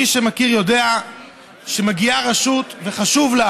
מי שמכיר יודע שמגיעה רשות וחשוב לה